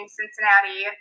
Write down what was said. Cincinnati